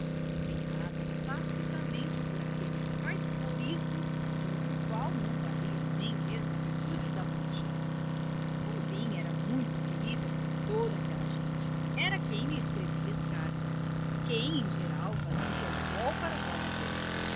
empenhados tacitamente por aquele caiporismo contra o qual não valiam nem mesmo as virtudes da bruxa pombinha era muito querida por toda aquela gente era quem lhe escrevia as cartas quem em geral fazia o rol para as lavadeiras